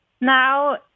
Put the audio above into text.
now